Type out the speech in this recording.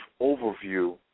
overview